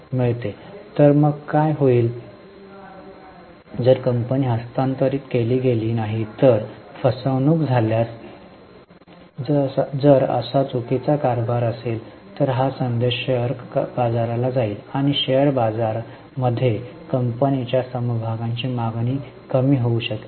तर मग काय होईल जर कंपनी हस्तांतरित केली गेली नाही तर फसवणूक झाल्यास जर असा चुकीचा कारभार असेल तर हा संदेश शेअर बाजाराला जाईल आणि शेअर बाजारा मध्ये कंपनीच्या समभागांची मागणी कमी होऊ शकेल